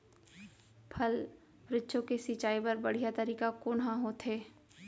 फल, वृक्षों के सिंचाई बर बढ़िया तरीका कोन ह होथे?